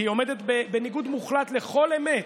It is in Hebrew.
כי היא עומדת בניגוד מוחלט לכל אמת,